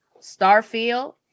Starfield